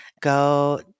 go